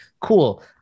cool